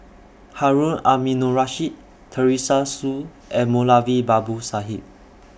Harun Aminurrashid Teresa Hsu and Moulavi Babu Sahib